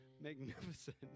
magnificent